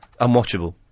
unwatchable